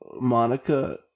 Monica